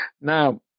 Now